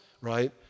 right